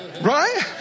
Right